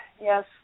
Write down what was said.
Yes